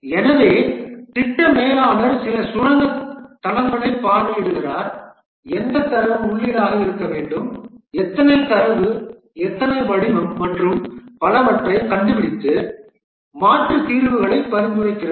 எனவே திட்ட மேலாளர் சில சுரங்க தளங்களை பார்வையிடுகிறார் எந்த தரவு உள்ளீடாக இருக்க வேண்டும் எத்தனை தரவு என்ன வடிவம் மற்றும் பலவற்றைக் கண்டுபிடித்து மாற்று தீர்வுகளை பரிந்துரைக்கிறது